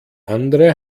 andere